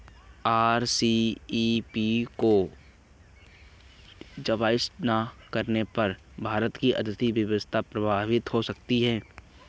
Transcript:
RCEP को join ना करने पर भारत की आर्थिक व्यवस्था प्रभावित हो सकती है